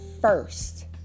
first